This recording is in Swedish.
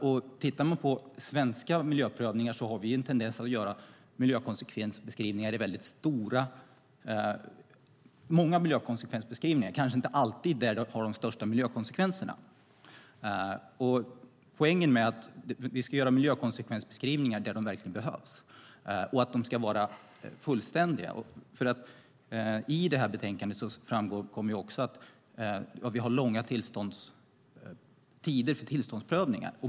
När det gäller svenska miljöprövningar har vi en tendens att göra många miljökonsekvensbeskrivningar men kanske inte alltid där de största miljökonsekvenserna finns. Poängen är att vi ska göra miljökonsekvensbeskrivningar där de verkligen behövs och att de ska vara fullständiga. Av betänkandet framgår att det är långa tider för tillståndsprövning.